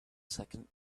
second